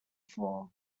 floor